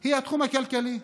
היא התחום הכלכלי.